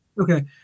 Okay